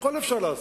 הכול אפשר לעשות.